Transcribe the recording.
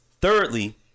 Thirdly